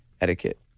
etiquette